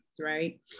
right